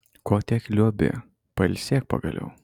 ko tiek liuobi pailsėk pagaliau